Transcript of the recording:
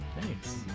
thanks